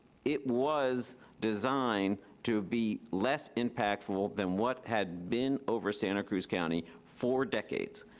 it was designed to be less impactful than what had been over santa cruz county for decades,